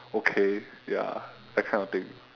okay ya that kind of thing